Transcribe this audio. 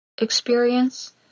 experience